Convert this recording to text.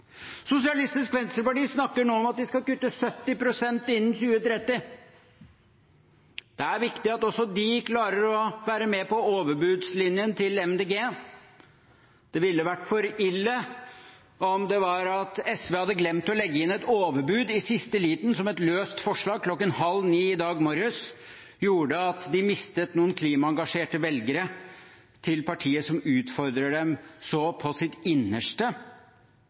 Sosialistisk Venstreparti snakker nå om at de skal kutte 70 pst. innen 2030. Det er viktig at også de klarer å være med på overbudslinjen til MDG. Det ville vært for ille om SV hadde glemt å legge inn et overbud i siste liten som et løst forslag kl. 8.30 i dag morges, og at det gjorde at de mistet noen klimaengasjerte velgere til partiet som utfordrer dem i deres innerste.